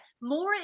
more